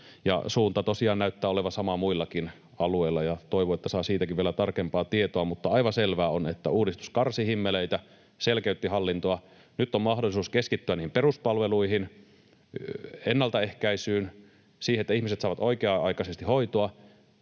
suunta tosiaan näyttää olevan sama muillakin alueilla. Toivon, että saan siitäkin vielä tarkempaa tietoa, mutta aivan selvää on, että uudistus karsi himmeleitä, selkeytti hallintoa. Nyt on mahdollisuus keskittyä niihin peruspalveluihin, ennaltaehkäisyyn, siihen, että ihmiset saavat oikea-aikaisesti hoitoa,